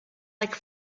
like